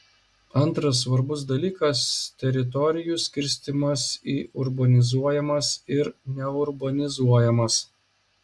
antras svarbus dalykas teritorijų skirstymas į urbanizuojamas ir neurbanizuojamas